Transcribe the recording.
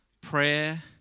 prayer